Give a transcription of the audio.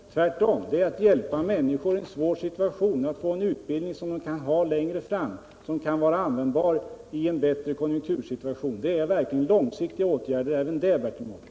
Tvärtom. De sker för att hjälpa människor i en svår 30 mars 1978 situation, att ge dem en utbildning som de kan ha användning för längre fram i en bättre konjunktursituation. Även detta är långsiktiga åtgärder, Bertil Om ökade kom